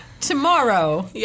tomorrow